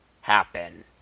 happen